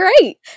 great